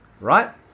Right